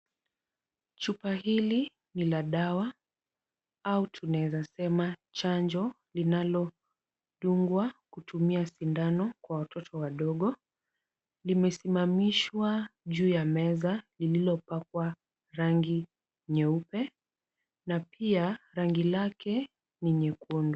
Chupa hili ni la dawa au tunaeza sema chanjo linalodungwa kutumia sindano kwa watoto wadogo. Limesimamishwa juu ya meza lililopakwa rangi nyeupe na pia rangi lake ni nyekundu.